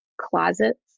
closets